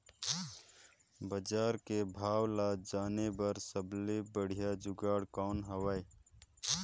बजार के भाव ला जाने बार सबले बढ़िया जुगाड़ कौन हवय?